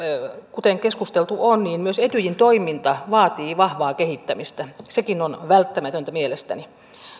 kuten keskusteltu on myös etyjin toiminta vaatii vahvaa kehittämistä sekin on välttämätöntä mielestäni